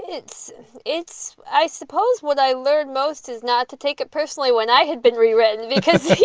it's it's i suppose what i learned most is not to take it personally when i had been rewritten. because